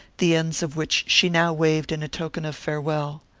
the ends of which she now waved in token of farewell.